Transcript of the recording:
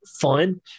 fun